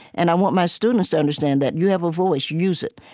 and i want my students to understand that. you have a voice use it.